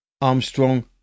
Armstrong